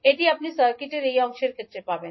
এটি আপনি সার্কিটের এই অংশের ক্ষেত্রে পাবেন